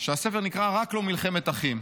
והספר נקרא "רק לא מלחמת אחים".